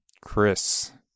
Chris